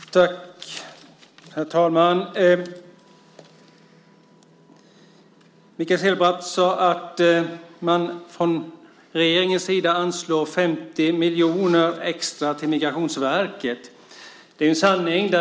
Herr talman! Mikael Cederbratt sade att man från regeringens sida anslår 50 miljoner extra till Migrationsverket.